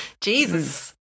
Jesus